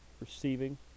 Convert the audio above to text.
receiving